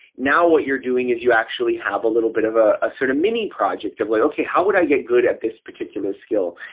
now what you're doing is you actually have a little bit of ah a sort of mini project of, like okay, how would i get good at this particular skill?